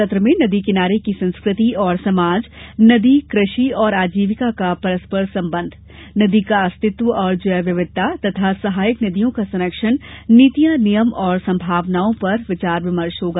सत्र में नदी किनारे की संस्कृति और समाज नदी कृषि और आजीविका का परस्पर संबंध नदी का अस्तित्व और जैव विविधिता तथा सहायक नदियों का संरक्षण नीतियाँ नियम और संभावनाओं पर विमर्श होगा